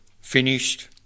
finished